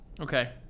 Okay